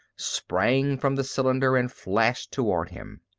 sprang from the cylinder and flashed toward him.